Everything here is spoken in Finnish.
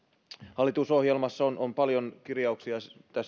hallitusohjelmassa on on paljon kirjauksia